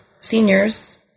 seniors